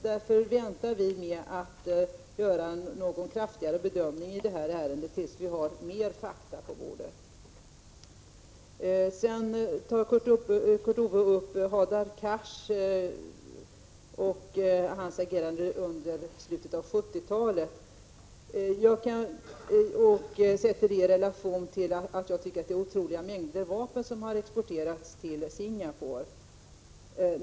Vi väntar med att göra en slutgiltig bedömning av det här ärendet tills vi har mer fakta på bordet. Kurt Ove Johansson berörde Hadar Cars agerande mot slutet av 1970-talet och ställde det i relation till det faktum att jag tycker att det är otroliga mängder vapen som har exporterats till Singapore.